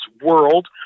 world